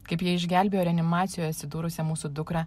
kaip jie išgelbėjo reanimacijoje atsidūrusią mūsų dukrą